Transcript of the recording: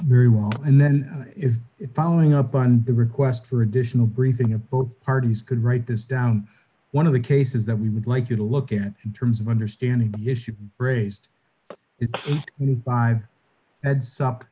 very well and then if it following up on the request for additional briefing of both parties could write this down one of the cases that we would like you to look at in terms of understanding